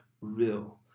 real